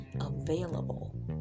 available